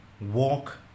walk